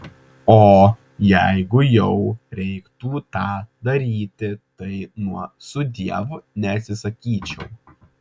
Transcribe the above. o jeigu jau reiktų tą daryti tai nuo sudiev neatsisakyčiau